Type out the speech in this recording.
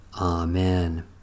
Amen